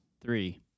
Three